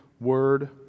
word